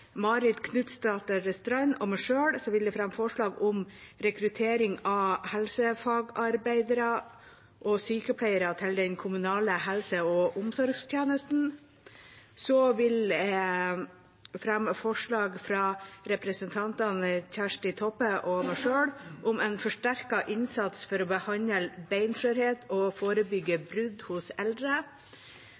Marit Knutsdatter Strand og meg selv vil jeg fremme forslag om rekruttering av helsefagarbeidere og sykepleiere til den kommunale helse- og omsorgstjenesten. Så vil jeg fremme forslag fra representanten Kjersti Toppe og meg selv om en forsterket innsats for å behandle beinskjørhet og forebygge brudd hos eldre.